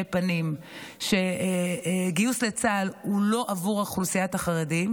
פנים שגיוס לצה"ל הוא לא עבור אוכלוסיית החרדים,